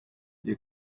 you